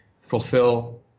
fulfill